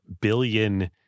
billion